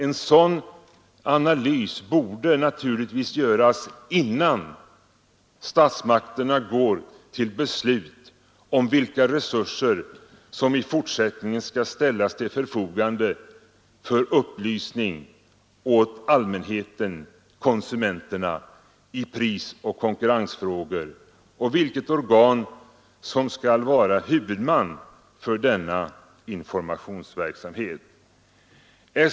En sådan analys borde naturligtvis göras innan statsmakterna går till beslut om vilka resurser som i fortsättningen skall ställas till förfogande för upplysning åt allmänheten-konsumenterna i prisoch konkurrensfrågor och vilket organ som skall vara huvudman för denna informationsverksamhet.